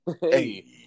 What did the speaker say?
Hey